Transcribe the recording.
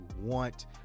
want